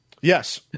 Yes